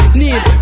need